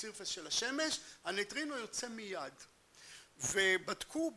סירפס של השמש הניטרין הוא יוצא מיד ובדקו